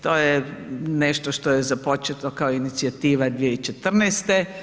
To je nešto što je započeto kao inicijativa 2014.